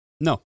No